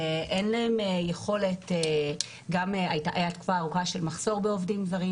שאין להם יכולת בגלל התקופה הארוכה שהיה מחסור של עובדים זרים,